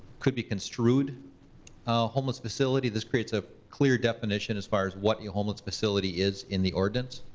could be construed a homeless facility. this creates a clear definition as far as what your homeless facility is in the ordinance,